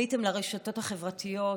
עליתם לרשתות החברתיות,